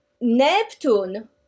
Neptune